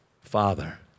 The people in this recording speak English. Father